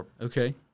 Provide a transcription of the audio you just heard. Okay